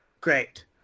Great